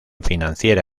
financiera